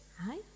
Hi